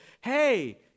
hey